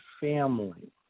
family